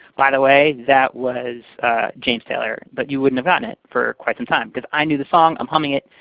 by the way, that was james taylor, but you wouldn't have gotten it for quite some time because i knew the song. i'm humming it,